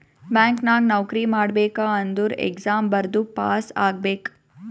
bank ನಾಗ್ ನೌಕರಿ ಮಾಡ್ಬೇಕ ಅಂದುರ್ ಎಕ್ಸಾಮ್ ಬರ್ದು ಪಾಸ್ ಆಗ್ಬೇಕ್